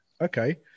Okay